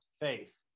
faith